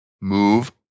move